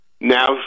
now